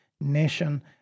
nation